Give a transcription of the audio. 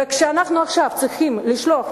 וכשאנחנו עכשיו צריכים לשלוח,